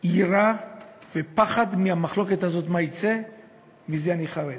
יראה ופחד מה יצא מהמחלוקת הזאת מזה אני חרד.